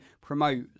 promote